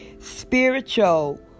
spiritual